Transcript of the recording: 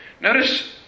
Notice